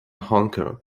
honker